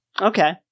Okay